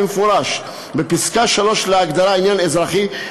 כמפורש בפסקה (3) להגדרת "עניין אזרחי",